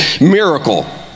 miracle